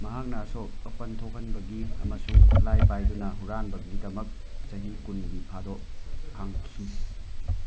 ꯃꯍꯥꯛꯅ ꯑꯁꯣꯛ ꯑꯄꯟ ꯊꯣꯛꯍꯟꯕꯒꯤ ꯑꯃꯁꯨꯡ ꯈꯨꯠꯂꯥꯏ ꯄꯥꯏꯗꯨꯅ ꯍꯨꯔꯥꯟꯕꯒꯤꯗꯃꯛ ꯆꯍꯤ ꯀꯨꯟꯒꯤ ꯐꯥꯗꯣꯛ ꯐꯪꯈꯤ